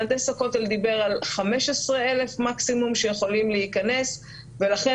מהנדס הכותל דיבר על 15,000 מקסימום שיכולים להיכנס ולכן